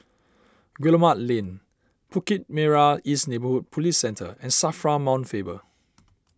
Guillemard Lane Bukit Merah East Neighbourhood Police Centre and Safra Mount Faber